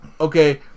okay